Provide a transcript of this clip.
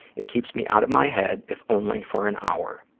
it keeps me out of my head, if only for an hour.